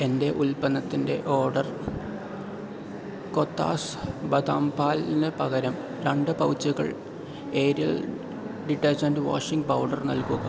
എന്റെ ഉൽപ്പന്നത്തിന്റെ ഓർഡർ കോത്താസ് ബദാം പാലിന് പകരം രണ്ട് പൗച്ചുകൾ ഏരിയൽ ഡിറ്റർജൻറ്റ് വാഷിംഗ് പൗഡർ നൽകുക